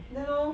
ya lor